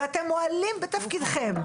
ואתם מועלים בתפקידכם.